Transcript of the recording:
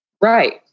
Right